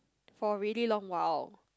for really long while